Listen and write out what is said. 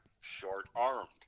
short-armed